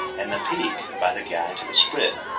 and the peak by the guy to the sprit.